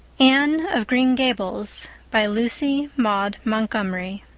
anne of green gables by lucy maud montgomery